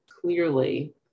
clearly